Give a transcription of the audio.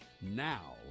now